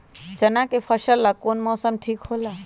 चाना के फसल ला कौन मौसम ठीक होला?